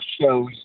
shows